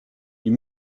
you